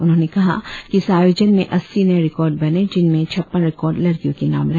उन्होंने कहा कि इस आयोजन में अस्सी नये रिकॉर्ड बने जिनमें छप्पन रिकॉर्ड लड़कियों के नाम रहे